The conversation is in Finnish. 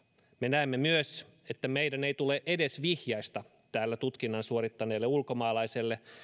me näemme myös että meidän ei tule edes vihjaista täällä tutkinnan suorittaneelle ulkomaalaiselle